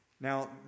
Now